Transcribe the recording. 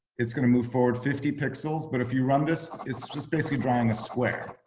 it's gonna move forward fifty pixels. but if you run this is just basically drawing a square.